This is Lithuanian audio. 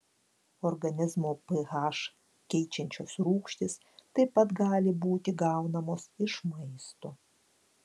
organizmo ph keičiančios rūgštys taip pat gali būti gaunamos iš maisto